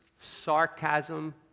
sarcasm